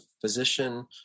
physician